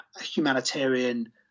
humanitarian